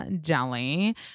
jelly